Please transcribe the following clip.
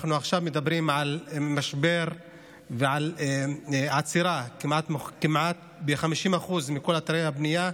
אנחנו עכשיו מדברים על משבר ועל עצירה כמעט ב-50% בכל אתרי הבנייה,